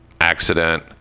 accident